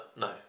No